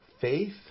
faith